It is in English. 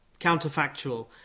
counterfactual